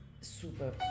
super